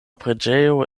preĝejo